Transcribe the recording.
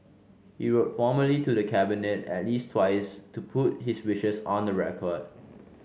he wrote formally to the Cabinet at least twice to put his wishes on the record